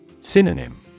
Synonym